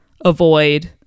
avoid